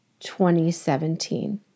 2017